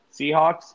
Seahawks